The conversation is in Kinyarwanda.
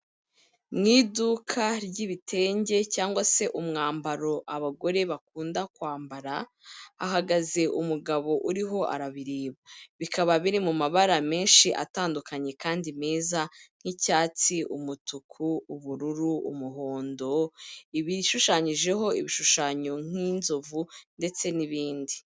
Mu iduka ry'ibitenge cyangwa se umwambaro abagore bakunda kwambara, hahagaze umugabo uriho arabireba, bikaba biri mu mabara menshi atandukanye kandi meza, nk'icyatsi, umutuku, ubururu, umuhondo, ibishushanyijeho ibishushanyo nk'inzovu ndetse n'ibindi.